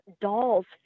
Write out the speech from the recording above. Dolls